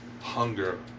Hunger